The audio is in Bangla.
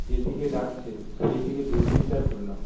যেদিকে ডাকছে সেই দিকে দূরবীনটা ধরলাম